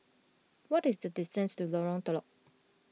what is the distance to Lorong Telok